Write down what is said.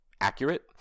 accurate